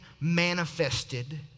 manifested